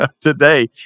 today